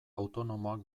autonomoak